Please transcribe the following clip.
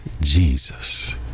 Jesus